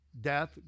death